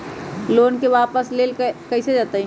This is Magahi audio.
लोन के वापस कैसे कैल जतय?